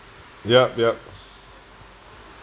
yup yup